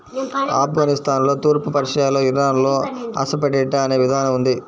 ఆఫ్ఘనిస్తాన్లో, తూర్పు పర్షియాలో, ఇరాన్లో అసఫెటిడా అనే విధానం ఉంది